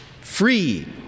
free